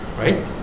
Right